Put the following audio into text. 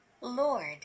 Lord